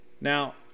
Now